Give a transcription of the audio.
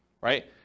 right